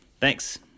Thanks